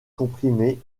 comprimé